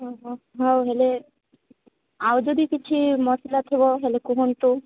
ଓ ହୋ ହଉ ହେଲେ ଆଉ ଯଦି କିଛି ମସଲା ଥିବ ହେଲେ କୁହନ୍ତୁ